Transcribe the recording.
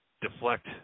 deflect